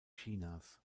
chinas